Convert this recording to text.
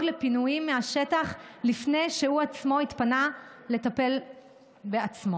לפינוים מהשטח לפני שהוא עצמו התפנה לטפל בעצמו.